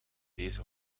deze